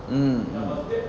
mm mm